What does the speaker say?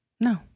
No